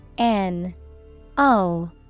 N-O